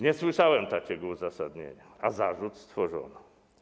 Nie słyszałem takiego uzasadnienia, a zarzut stworzono.